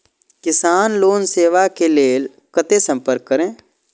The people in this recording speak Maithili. किसान लोन लेवा के लेल कते संपर्क करें?